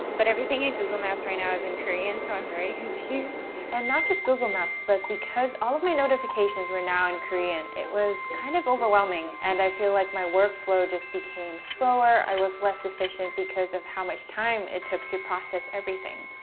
but everything in google maps right now is in korean, so i'm very confused. and not just google maps, but because all of my notifications were now in korean, it was kind of overwhelming, and i feel like my workflow just became slower, i was less efficient, because of how much time it took to process everything.